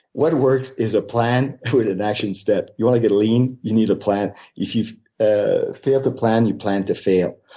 what works is a plan with an action step. you want to get lean? you need a plan. if you ah fail to plan, you plan to fail.